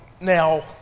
Now